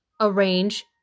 arrange